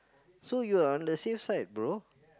so you're on the safe side bro